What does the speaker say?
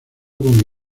con